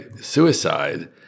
suicide